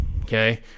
okay